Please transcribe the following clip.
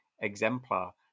exemplar